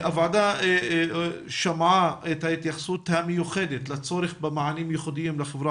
הוועדה שמעה את ההתייחסות המיוחדת לצורך במענים ייחודיים לחברה